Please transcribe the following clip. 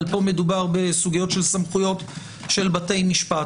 פה מדובר בסוגיות של סמכויות של בתי משפט.